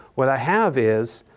what i have is,